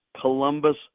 Columbus